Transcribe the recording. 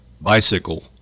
bicycle